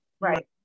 right